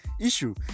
issue